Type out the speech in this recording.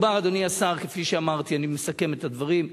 אדוני השר, כפי שאמרתי, אני מסכם את הדברים: